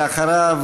ואחריו,